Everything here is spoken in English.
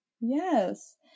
yes